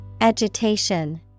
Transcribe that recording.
Agitation